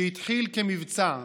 שהתחיל כמבצע,